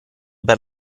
per